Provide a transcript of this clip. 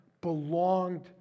belonged